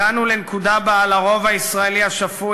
הגענו לנקודה שבה על הרוב הישראלי השפוי